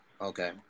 okay